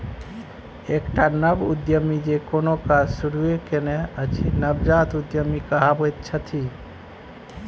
एकटा नव उद्यमी जे कोनो काज शुरूए केने अछि नवजात उद्यमी कहाबैत छथि